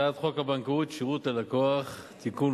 הצעת חוק הבנקאות (שירות ללקוח) (תיקון,